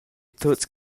tuts